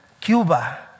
Cuba